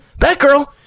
Batgirl